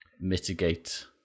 mitigate